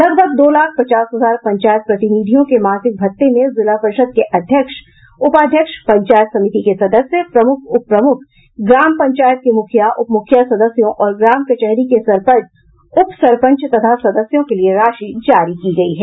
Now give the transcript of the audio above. लगभग दो लाख पचास हजार पंचायत प्रतिनिधियों के मासिक भत्ते में जिला परिषद के अध्यक्ष उपाध्यक्ष पंचायत समिति के सदस्य प्रमुख उपप्रमुख ग्राम पंचायत के मुखिया उपमुखिया सदस्यों और ग्राम कचहरी के सरपंच उप सरपंच तथा सदस्यों के लिए राशि जारी की गयी है